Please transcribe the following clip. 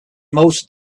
most